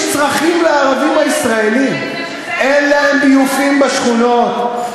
יש צרכים לערבים הישראלים: אין להם ביוב בשכונות,